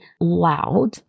loud